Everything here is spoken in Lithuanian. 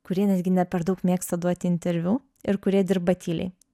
kurie netgi ne per daug mėgsta duoti interviu ir kurie dirba tyliai